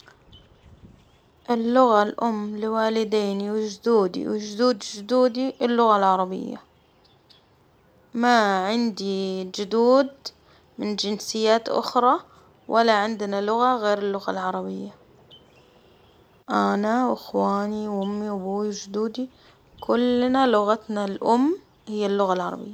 اللغة الأم لوالديني وجدودي وجدود جدودي اللغة العربية، ما عندي جدود من جنسيات أخرى، ولا عندنا لغة غير اللغة العربية، أنا وإخواني وأمي وأبوي وجدودي كلنا لغتنا الأم هي اللغة العربية.